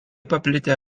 paplitę